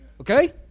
Okay